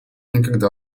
никогда